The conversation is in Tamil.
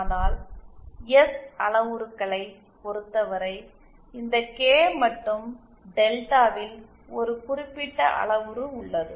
ஆனால் எஸ் அளவுருக்களைப் பொறுத்தவரை இந்த கே மற்றும் டெல்டாவில் ஒரு குறிப்பிட்ட அளவுரு உள்ளது